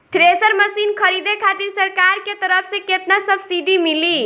Thresher machine खरीदे खातिर सरकार के तरफ से केतना सब्सीडी मिली?